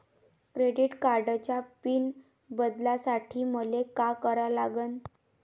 Credit कार्डाचा PIN बदलासाठी मले का करा लागन?